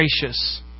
gracious